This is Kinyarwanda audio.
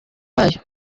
bayo